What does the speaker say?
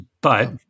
But-